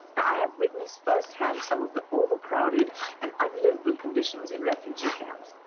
i have witnessed firsthand some of the overcrowded and unlivable conditions in refugee camps.